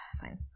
Fine